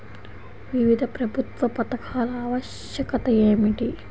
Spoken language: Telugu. వివిధ ప్రభుత్వా పథకాల ఆవశ్యకత ఏమిటి?